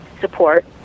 support